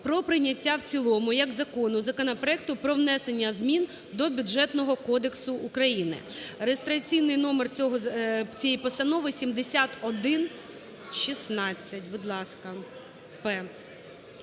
про прийняття в цілому як закону законопроекту про внесення змін до Бюджетного кодексу України. Автор цієї постанови Юрій